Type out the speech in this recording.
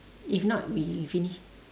if not we finish